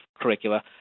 curricula